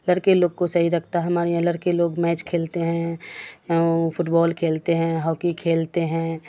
لڑکے لوگ کو صحیح رکھتا ہے ہمارے یہاں لڑکے لوگ میچ کھیلتے ہیں فٹ بال کھیلتے ہیں ہاکی کھیلتے ہیں